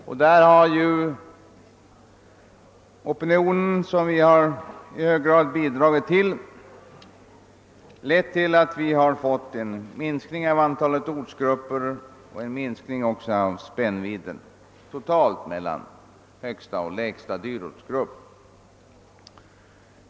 Därvidlag har den opinion, som vi i hög grad bidragit till att skapa, lett till att det blivit en minskning av antalet ortsgrupper och även en minskning av spännvidden totalt mellan högsta och lägsta dyrortsgrupp.